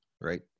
right